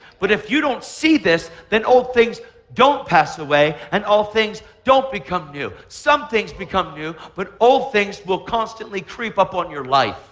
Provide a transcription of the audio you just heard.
but if you don't see this, then old things don't pass away, and all things don't become new some things become new, but old things will constantly creep up on your life